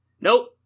nope